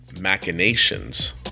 machinations